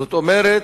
זאת אומרת,